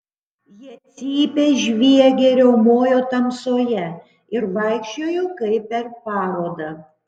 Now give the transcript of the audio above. jie cypė žviegė riaumojo tamsoje ir vaikščiojo kaip per parodą